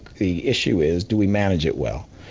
the issue is, do we manage it well?